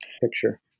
picture